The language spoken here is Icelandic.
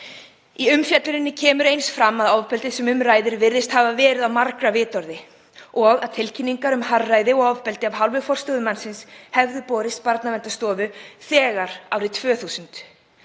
Í umfjölluninni kemur einnig fram að ofbeldið sem um ræðir virðist hafa verið á margra vitorði og að tilkynningar um harðræði og ofbeldi af hálfu forstöðumannsins hafi borist Barnaverndarstofu þegar árið 2000.